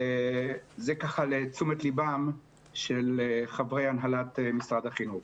זה לתשומת לבם של חברי הנהלת משרד החינוך.